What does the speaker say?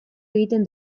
egiten